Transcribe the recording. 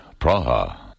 Praha